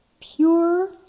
pure